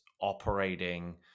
operating